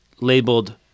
labeled